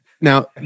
Now